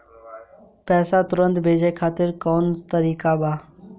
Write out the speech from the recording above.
पैसे तुरंत भेजे खातिर कौन तरीका बा?